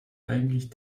eigentlich